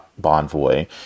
Bonvoy